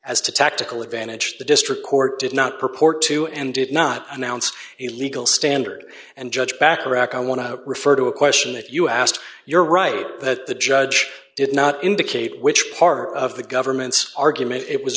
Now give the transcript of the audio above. as to tactical advantage the district court did not purport to and did not announce a legal standard and judge bacharach i want to refer to a question that you asked you're right that the judge did not indicate which part of the government's argument it was